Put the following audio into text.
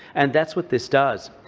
and that's what this does.